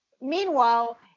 meanwhile